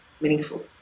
meaningful